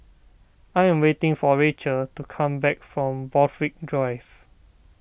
I am waiting for Racheal to come back from Borthwick Drive